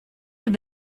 have